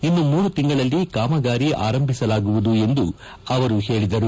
ಇನ್ನು ಮೂರು ತಿಂಗಳಲ್ಲಿ ಕಾಮಗಾರಿ ಆರಂಭಿಸಲಾಗುವುದು ಎಂದು ಹೇಳಿದರು